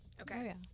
Okay